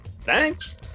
thanks